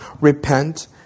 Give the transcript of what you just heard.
Repent